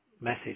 message